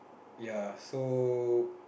ya so